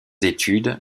études